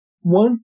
One